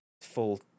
full